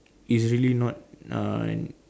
is really not uh